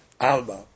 Alba